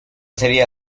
sería